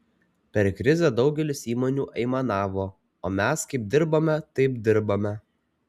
per krizę daugelis įmonių aimanavo o mes kaip dirbome taip dirbame